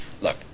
Look